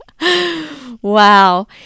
Wow